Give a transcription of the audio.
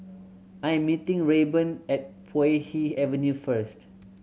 I am meeting Rayburn at Puay Hee Avenue first